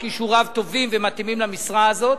וכישוריו טובים ומתאימים למשרה הזאת,